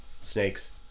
Snakes